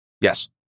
Yes